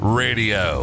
radio